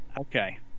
Okay